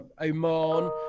Oman